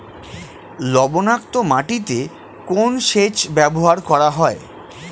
লবণাক্ত মাটিতে কোন সেচ ব্যবহার করা হয়?